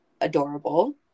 adorable